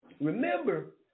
remember